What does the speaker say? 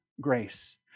grace